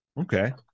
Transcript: Okay